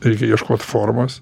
reikia ieškot formos